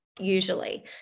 usually